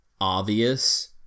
obvious